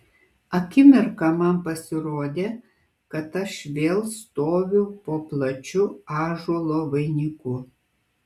akimirką man pasirodė kad aš vėl stoviu po plačiu ąžuolo vainiku